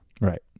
right